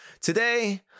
Today